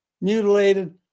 mutilated